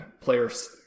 players